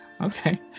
Okay